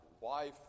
wife